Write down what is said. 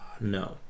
No